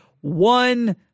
one